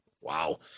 Wow